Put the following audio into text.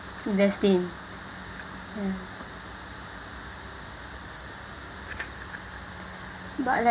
investing but like